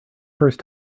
first